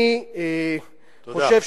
תודה.